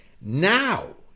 now